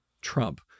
Trump